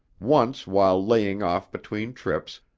once while laying off between trips,